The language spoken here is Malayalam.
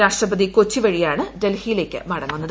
രാഷ്ട്രപതി കൊച്ചി വഴിയാണ് ഡൽഹിയിലേക്ക് മടങ്ങുന്നത്